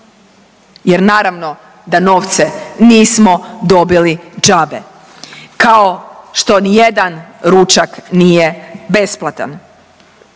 jer naravno da novce nismo dobili džabe kao što ni jedan ručak nije besplatan.